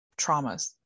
traumas